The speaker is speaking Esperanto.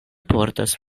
portas